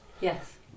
Yes